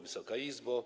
Wysoka Izbo!